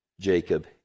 Jacob